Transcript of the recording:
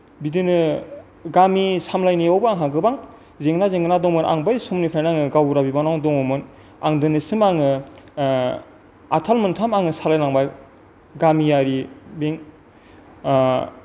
बिदिनो गामि सामलायनायावबो आंहा गोबां जेंना जेंगोना दंमोन आं बै समनिफ्रायनो आङो गावबुरा बिबानाव दंमोन आं दिनैसिम आङो आथाल मोनथाम आङो सालायनांबाय गामियारि